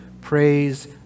praise